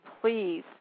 please